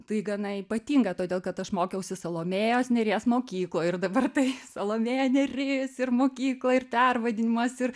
tai gana ypatinga todėl kad aš mokiausi salomėjos nėries mokykloj ir dabar tai salomėja nėris ir mokykla ir pervadinimas ir